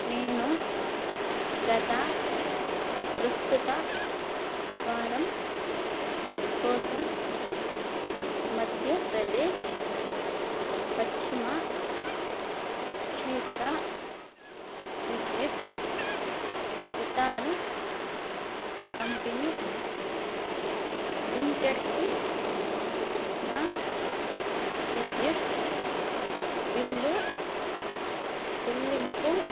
నేను గత ప్రస్తుత వారం కోసం మధ్యప్రదేశ్ పశ్చిమ క్షేత్ర విద్యుత్ వితరణ్ కంపెనీ లిమిటెడ్కి నా విద్యుత్ బిల్లు చెల్లింపు